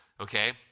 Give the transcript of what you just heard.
okay